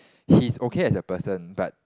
he's okay as a person but